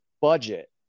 budget